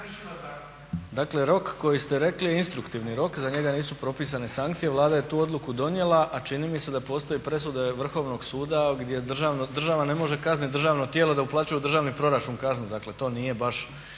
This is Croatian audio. Dakle, rok koji ste rekli je instruktivni rok, za njega nisu propisane sankcije. Vlada je tu odluku donijela, a čini mi se da postoji presuda Vrhovnog suda gdje država ne može kazniti državno tijelo da uplaćuje u državni proračun kaznu. Dakle, to ne bi